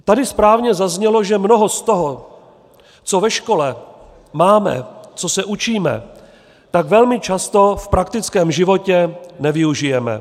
Tady správně zaznělo, že mnoho z toho, co ve škole máme, co se učíme, tak velmi často v praktickém životě nevyužijeme.